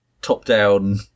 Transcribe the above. Top-down